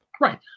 right